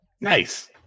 nice